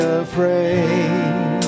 afraid